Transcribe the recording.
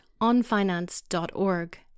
onfinance.org